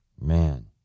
Man